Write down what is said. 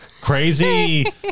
Crazy